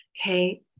Okay